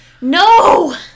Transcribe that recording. No